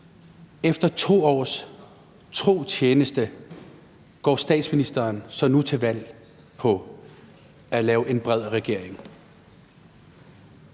efter 2 års tro tjeneste går statsministeren så til valg på at lave en bred regering.